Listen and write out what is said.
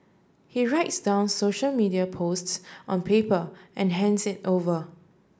he writes down social media posts on people and hands it over